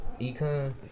Econ